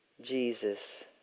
Jesus